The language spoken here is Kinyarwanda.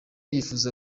yifuza